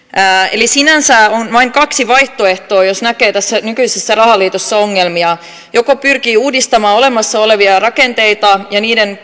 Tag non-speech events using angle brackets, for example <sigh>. eli sinänsä on vain kaksi vaihtoehtoa jos näkee tässä nykyisessä rahaliitossa ongelmia joko pyrkii uudistamaan olemassa olevia rakenteita ja niiden <unintelligible>